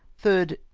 third.